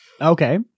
Okay